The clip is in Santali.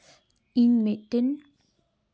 ᱤᱧ ᱢᱤᱫᱴᱮᱱ